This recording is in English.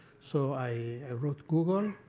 so i wrote google.